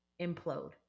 implode